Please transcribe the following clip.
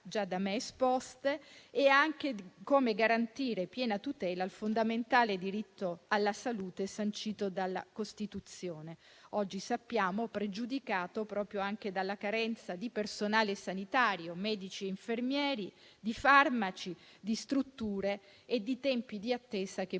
già da me esposte e anche come garantire piena tutela al fondamentale diritto alla salute, sancito dalla Costituzione, che oggi sappiamo essere pregiudicato anche dalla carenza di personale sanitario, di medici e infermieri, di farmaci, di strutture e dai tempi di attesa che,